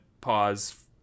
pause